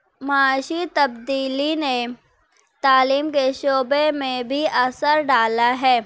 معاشی تبدیلی نے تعلیم کے شعبے میں بھی اثر ڈالا ہے